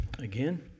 Again